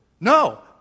No